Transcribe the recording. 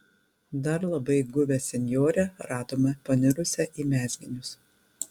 dar labai guvią senjorę radome panirusią į mezginius